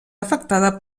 afectada